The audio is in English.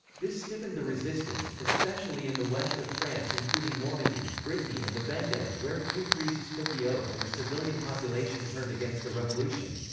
this stiffened the resistance, especially in the west of france including normandy, brittany and the vendee, where few priests took the oath and the civilian population turned against the revolution.